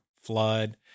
flood